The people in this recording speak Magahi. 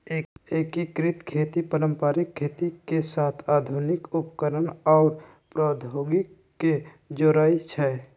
एकीकृत खेती पारंपरिक खेती के साथ आधुनिक उपकरणअउर प्रौधोगोकी के जोरई छई